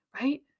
right